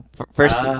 First